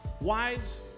Wives